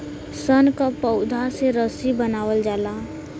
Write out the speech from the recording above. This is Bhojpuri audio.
सन क पौधा से रस्सी बनावल जाला